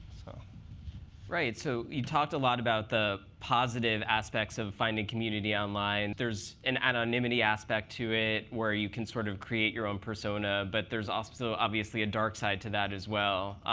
so right. so you talked a lot about the positive aspects of finding community online. there's an anonymity aspect to it where you can sort of create your own persona. but there's also obviously a dark side to that as well.